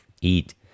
eat